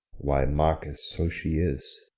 why, marcus, so she is.